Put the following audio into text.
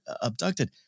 abducted